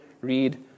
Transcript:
read